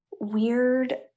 weird